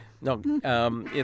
No